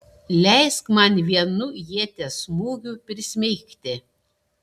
leisk man vienu ieties smūgiu prismeigti